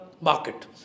market